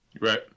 right